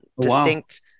distinct